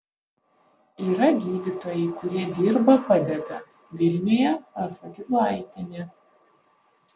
yra gydytojai kurie dirba padeda vilniuje rasa kizlaitienė